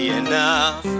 enough